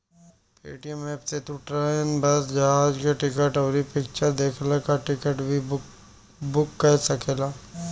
Paytm app से तू train, bus, जहाज के टिकट, अउरी फिक्चर देखला के टिकट भी कअ सकेला